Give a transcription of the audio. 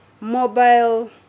mobile